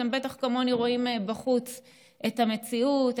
אתם בטח רואים כמוני את המציאות בחוץ,